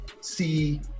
see